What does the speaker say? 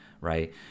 right